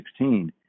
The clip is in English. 2016